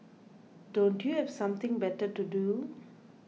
don't you have something better to do